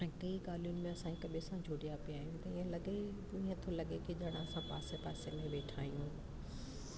ऐं कई ॻाल्हियुनि में असां हिकु ॿिए सां जुड़िया पिया आहियूं ईअं लॻे ई ईअं थो लॻे की असां हिकु ॿिए सां आसे पासे में वेठा आहियूं